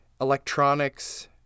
electronics